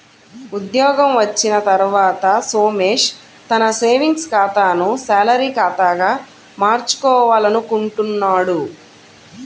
ఉద్యోగం వచ్చిన తర్వాత సోమేష్ తన సేవింగ్స్ ఖాతాను శాలరీ ఖాతాగా మార్చుకోవాలనుకుంటున్నాడు